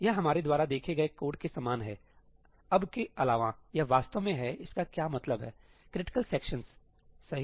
यह हमारे द्वारा देखे गए कोड के समान है अब के अलावा यह वास्तव में है इसका क्या मतलब है क्रिटिकल सेक्शंस सही